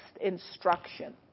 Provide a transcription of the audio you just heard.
instruction